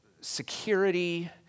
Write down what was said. security